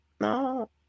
No